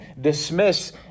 dismiss